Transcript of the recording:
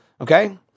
okay